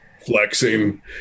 flexing